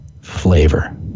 flavor